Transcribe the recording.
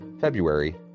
February